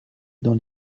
dans